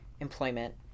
employment